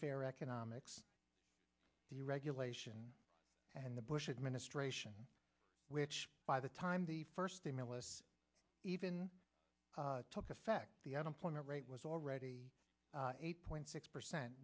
economics deregulation and the bush administration which by the time the first stimulus even took effect the unemployment rate was already eight point six percent